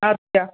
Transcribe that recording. اَد کیٛاہ